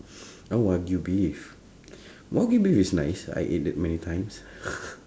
ah wagyu beef wagyu beef is nice I ate that many times